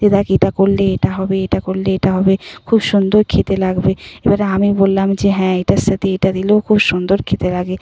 যে দেখ এটা করলে এটা হবে এটা করলে এটা হবে খুব সুন্দর খেতে লাগবে এবারে আমি বললাম যে হ্যাঁ এটার সাথে এটা দিলেও খুব সুন্দর খেতে লাগে